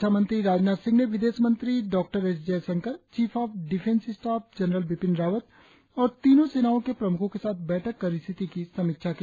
रक्षामंत्री राजनाथ सिंह ने विदेश मंत्री doctor S Jaishankar chief of defence staff general Bipin Rawat और तीनों सेनाओं के प्रम्खों के साथ बैठक कर स्थिति की समीक्षा की